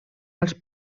als